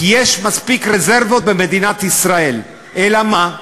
כי יש מספיק רזרבות במדינת ישראל, אלא מה?